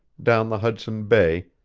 down the hudson bay,